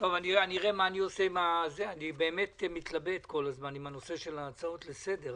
אני מתלבט כל הזמן עם הנושא של ההצעות לסדר,